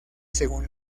según